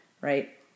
right